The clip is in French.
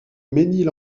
mesnil